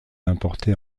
importée